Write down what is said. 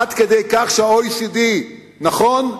עד כדי כך שה-OECD, נכון,